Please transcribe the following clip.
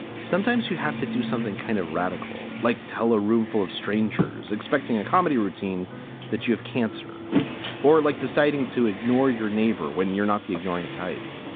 sometimes you have to do something kind of radical, like tell a roomful of strangers expecting a comedy routine that you have cancer or like deciding to ignore your neighbor when you're not the ignoring type.